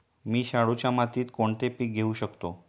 मी शाडूच्या मातीत कोणते पीक घेवू शकतो?